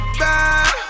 bad